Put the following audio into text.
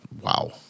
Wow